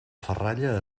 ferralla